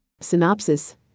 Synopsis